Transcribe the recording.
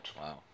wow